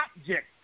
object